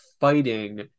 fighting